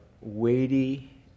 weighty